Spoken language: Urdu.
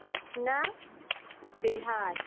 پٹنہ بہار